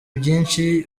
byinshi